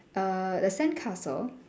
err the sandcastle